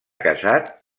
casat